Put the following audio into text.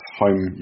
home